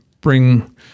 bring